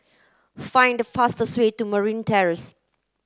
find the fastest way to Merryn Terrace